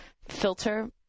filter